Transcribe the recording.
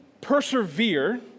persevere